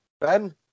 Ben